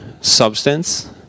substance